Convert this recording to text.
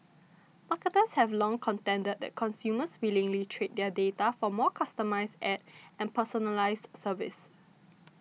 marketers have long contended that consumers willingly trade their data for more customised ads and personalised services